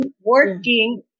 working